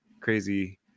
crazy